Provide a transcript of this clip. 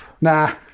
Nah